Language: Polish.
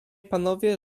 panowie